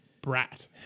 brat